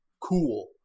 cool